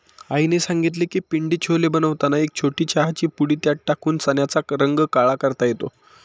आईने सांगितले की पिंडी छोले बनवताना एक छोटी चहाची पुडी त्यात टाकून चण्याचा रंग काळा करता येतो